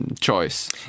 choice